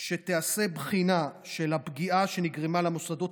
שתיעשה בחינה של הפגיעה שנגרמה למוסדות